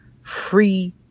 free